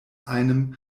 einem